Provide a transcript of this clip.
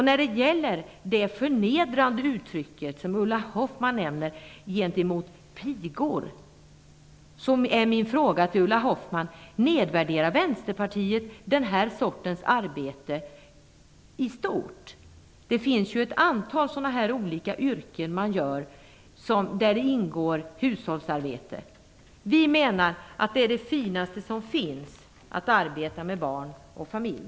När det gäller det förnedrande uttrycket, som Ulla Hoffmann använde, om pigor blir min fråga till Ulla Hoffmann: Nedvärderar Vänsterpartiet den här sortens arbete i stort? Det finns ett antal olika yrken där det ingår hushållsarbete. Vi menar att det finaste som finns är att arbeta med barn och familj.